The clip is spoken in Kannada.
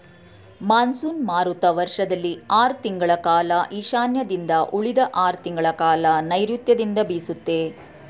ಮಾನ್ಸೂನ್ ಮಾರುತ ವರ್ಷದಲ್ಲಿ ಆರ್ ತಿಂಗಳ ಕಾಲ ಈಶಾನ್ಯದಿಂದ ಉಳಿದ ಆರ್ ತಿಂಗಳಕಾಲ ನೈರುತ್ಯದಿಂದ ಬೀಸುತ್ತೆ